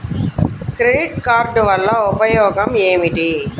Credit card వల్ల ఉపయోగం ఏమిటీ?